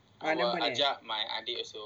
ah boleh